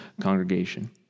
congregation